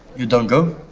you don't go?